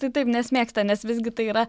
tai taip nes mėgsta nes visgi tai yra